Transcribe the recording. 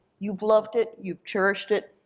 you've loved it, you've cherished it,